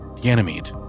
Ganymede